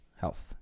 health